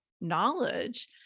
knowledge